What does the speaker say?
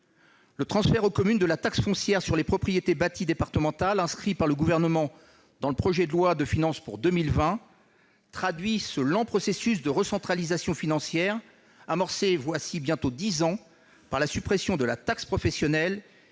Le transfert aux communes de la taxe foncière sur les propriétés bâties départementale, inscrit par le Gouvernement dans le projet de loi de finances pour 2020, traduit ce lent processus de recentralisation financière amorcé voilà bientôt dix ans par la suppression de la taxe professionnelle,